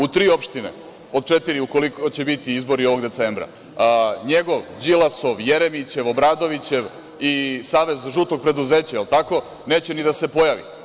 U tri opštine, od četiri, u koliko će biti izbori ovog decembra, njegov, Đilasov, Jeremićev, Obradovićev i savez „žutog preduzeća“, je li tako, neće ni da se pojavi.